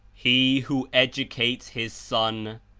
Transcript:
he who educates his son,